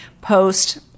post